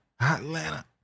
Atlanta